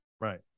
Right